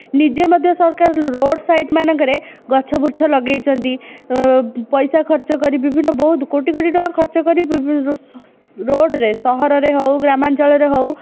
ନିଜେ ମଧ୍ୟ ସରକାର ରୋଡ଼ ସାଇଡ଼ମାନଙ୍କରେ ଗଛ ବୃଛ ଲଗାଇଛନ୍ତି ପଇସା ଖର୍ଚ୍ଚ କରି ବିଭିନ୍ନ ବହୁତ କୋଟି କୋଟି ଟଙ୍କା ଖର୍ଚ୍ଚ କରି ରୋଡ଼ରେ ସହରରେ ହେଉ ଗ୍ରାମାଞ୍ଚଳରେ ହେଉ